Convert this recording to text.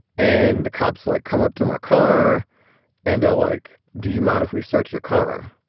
and the cops, like, come up to my car and they're like, do you mind if we search your car?